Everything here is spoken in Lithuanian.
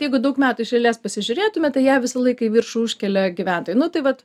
jeigu daug metų iš eilės pasižiūrėtume tai ją visą laiką į viršų užkelia gyventojai nu tai vat